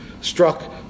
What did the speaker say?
struck